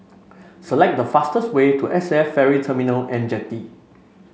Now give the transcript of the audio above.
select the fastest way to S A F Ferry Terminal and Jetty